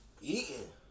eating